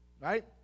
right